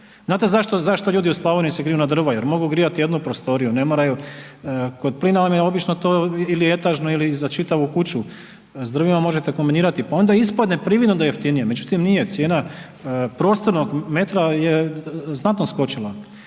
Znate zašto ljudi u Slavoniji se griju na drva? Jer mogu grijati jednu prostoriju, ne moraju, kod plina vam je obično to ili etažno ili za čitavu kuću, s drvima možete kombinirati pa onda ispadne prividno da je jeftinije, međutim nije cijena prostornog metra je znatno skočila.